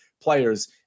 players